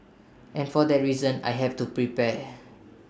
and for that reason I have to prepare